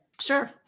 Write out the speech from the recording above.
Sure